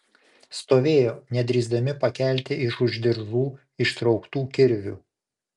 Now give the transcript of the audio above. stovėjo nedrįsdami pakelti iš už diržų ištrauktų kirvių